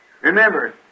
Remember